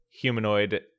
humanoid